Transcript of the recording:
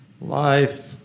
life